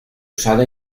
usado